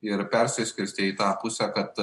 ir persiskirstė į tą pusę kad